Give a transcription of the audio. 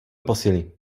posily